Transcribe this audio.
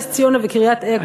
נס-ציונה וקריית-עקרון,